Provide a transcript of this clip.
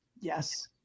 Yes